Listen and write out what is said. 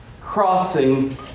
crossing